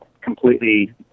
completely